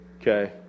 Okay